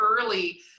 early